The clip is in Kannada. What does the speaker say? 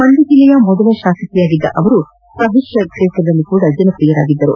ಮಂದ್ಯ ಜಿಲ್ಲೆಯ ಮೊದಲ ಶಾಸಕಿಯಾಗಿದ್ದ ಅವರು ಸಾಹಿತ್ಯ ಕ್ಷೇತ್ರದಲ್ಲಿಯೂ ಜನಪ್ರಿಯರಾಗಿದ್ದರು